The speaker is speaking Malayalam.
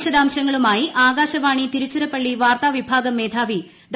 വിശദാംശങ്ങളുമായി ആകാശവാണി തിരുച്ചിറപ്പള്ളി വാർത്താ വിഭാഗം മേധാവി ഡോ